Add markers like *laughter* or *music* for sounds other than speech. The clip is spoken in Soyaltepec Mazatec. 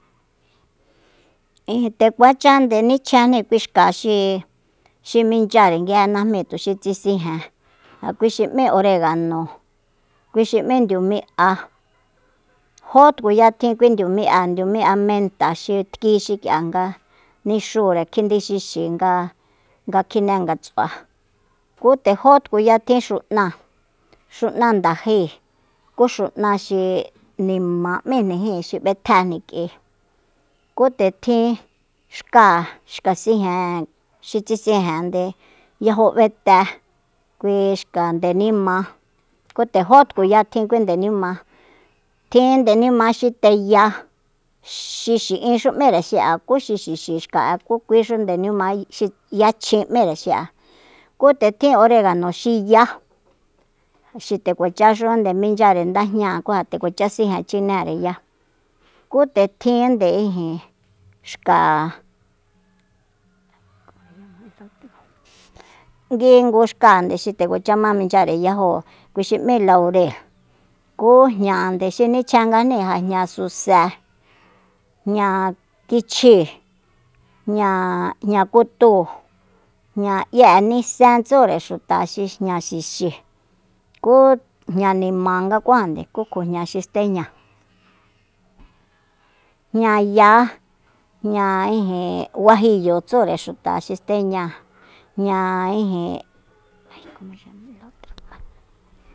Nde kuacha nde nichjenjni kui xka xi- xi minchyare nguije najmíi tuxi tsisijen ja kui xi m'í oregano kui xi m'í ndiumi'a jó tkuya tjin kui ndiumi'a ndiumi'a menta xi tki xik'ia nga nixure kjindixixi nga kjine ngats'ua kú nde jó tkuya tjin xu'náa xu'na ndaje ku xu'na xi nima m'íjnijin xi b'etjéjni k'ui kú nde tjin xka- xkasijen xi tsi sijen yajo b'ete kui xa ndenimá ku nde jó tkuya tjin ndenima tjin ndenima xi teya xi xi'inxu m'íre xi'a ku xi xixi xka'e ku kuixu ndenima xi yachjin m'íre xi'a ku nde tjin oregano xi ya xi nde kuachaxunde minchyare ndajñáa ku ja nde kuacha sijen chinere ya ku nde tjinnde ijin xka *noise* nguingu xka xi nde kuacha ma minchyare yajo kui xi m'í laurel ku jñande xi nichjenganjni ja jña suse jña kichjíi jña- jña kutúu jña 'ye'e nisen tsure xuta xi jña xixi ku jña nimangakuajande kú kjo jña xi steña jñaya jña ijin guajiyo ts'ure xuta xi eteña jña ijin *noise*